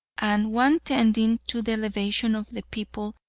and one tending to the elevation of the people,